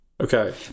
Okay